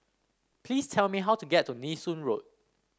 please tell me how to get to Nee Soon Road